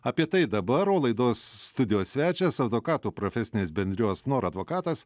apie tai dabar o laidos studijos svečias advokatų profesinės bendrijos nor advokatas